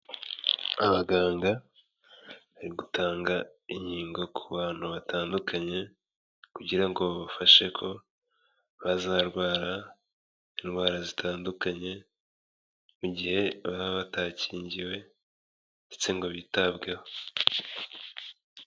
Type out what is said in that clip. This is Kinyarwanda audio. Abaganga bari gutanga inkingo ku bantu batandukanye kugira ngo babafashe ko bazarwara indwara zitandukanye, mu gihe baba batakingiwe ndetse ngo bitabweho.